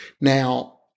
Now